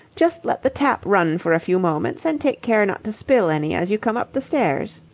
just let the tap run for a few moments and take care not to spill any as you come up the stairs.